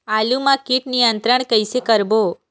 आलू मा कीट नियंत्रण कइसे करबो?